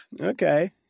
Okay